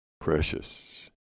precious